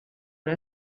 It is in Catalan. una